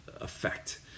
effect